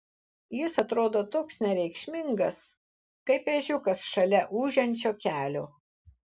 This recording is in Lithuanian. jis atrodo toks nereikšmingas kaip ežiukas šalia ūžiančio kelio